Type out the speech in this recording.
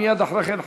ומייד לאחר מכן,